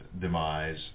demise